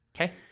okay